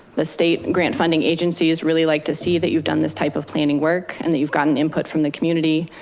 the state grant funding agencies really like to see that you've done this type of planning work and that you've gotten input from the community.